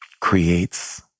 creates